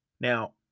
now